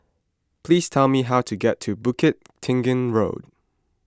please tell me how to get to Bukit Tinggi Road